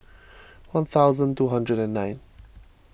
one thousand two hundred and nine